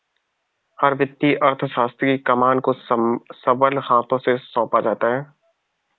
हर वित्तीय अर्थशास्त्र की कमान को सबल हाथों में सौंपा जाता है